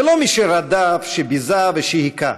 ולא מי שרדף, שביזה ושהיכה,